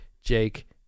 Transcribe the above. Jake